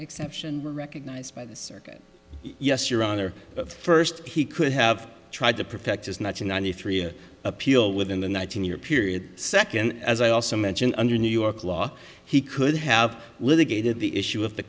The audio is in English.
exception recognised by the circuit yes your honor first he could have tried to perfect as much in ninety three appeal within the nineteen year period second as i also mentioned under new york law he could have litigated the issue of the